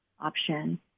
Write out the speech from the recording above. option